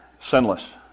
sinless